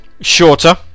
shorter